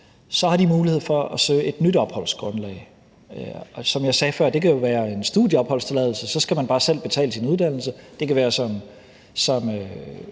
har de mulighed for at søge et nyt opholdsgrundlag. Som jeg sagde før, kan det være en studieopholdstilladelse, så skal man bare selv betale sin uddannelse, eller det kan være på